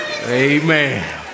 amen